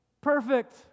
Perfect